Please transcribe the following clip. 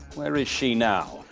where is she now?